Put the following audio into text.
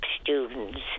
students